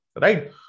right